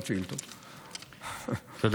הדבר הזה זה לא שאלות ותשובות, ככה.